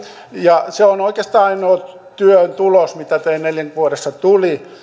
se on oikeastaan ainoa työn tulos mitä teiltä neljässä vuodessa tuli ette